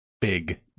big